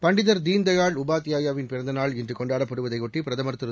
பண்டிதர் தீன் தயாள் உபாத்யாயாவின் பிறந்த நாள் இன்று கொண்டாடப்படுவதையொட்டி பிரதமர் திரு